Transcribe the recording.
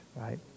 right